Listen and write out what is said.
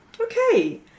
Okay